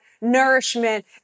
nourishment